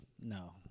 No